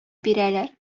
бирәләр